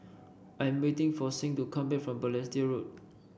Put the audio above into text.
I'm waiting for Sing to come back from Balestier Road